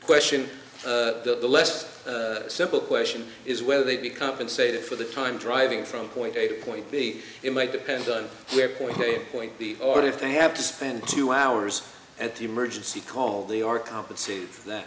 question the less simple question is whether they'd be compensated for the time driving from point a to point b it might depend on their point a point b or if they have to spend two hours at the emergency call they are compensated that